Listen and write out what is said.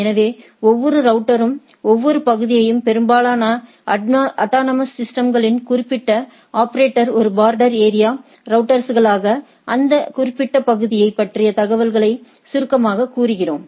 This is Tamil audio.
எனவே ஒவ்வொரு ரவுட்டரும் ஒவ்வொரு பகுதியும் பெரும்பாலும் அட்டானமஸ் சிஸ்டம்களின் குறிப்பிட்ட ஆபரேட்டர் ஒரு பார்டர் ஏரியா ரௌட்டர்ஸ்களாக அந்த குறிப்பிட்ட பகுதியைப் பற்றிய தகவல்களை சுருக்கமாகக் கூறுகிறோம்